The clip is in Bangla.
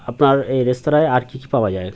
আপনার এই রেস্তঁরায় আর কী কী পাওয়া যায়